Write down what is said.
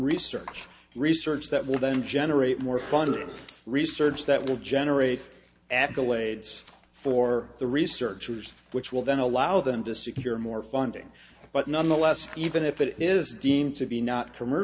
research research that will then generate more funded research that will generate accolades for the research used which will then allow them to secure more funding but nonetheless even if it is deemed to be not